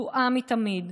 שסועה מתמיד.